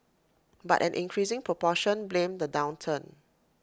but an increasing proportion blamed the downturn